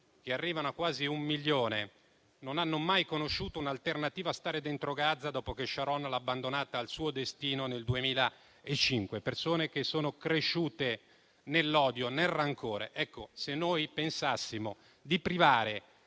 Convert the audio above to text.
che sono quasi un milione, non hanno mai conosciuto un'alternativa a stare dentro Gaza dopo che Sharon l'ha abbandonata al suo destino, nel 2005: persone che sono cresciute nell'odio e nel rancore. Io ho sentito le parole